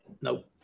Nope